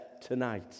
tonight